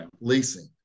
leasing